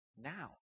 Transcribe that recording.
Now